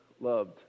loved